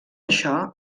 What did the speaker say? això